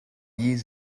years